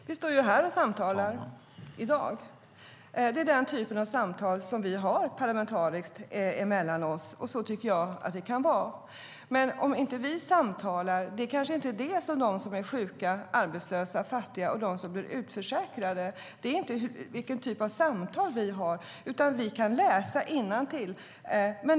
Herr talman! Vi står här och samtalar i dag. Det är den typ av samtal som vi har parlamentariskt mellan oss, och så tycker jag att det kan vara. Men för dem som är sjuka, arbetslösa och fattiga och dem som blir utförsäkrade handlar det kanske inte om vilken typ av samtal vi har. Vi kan läsa innantill.